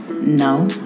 No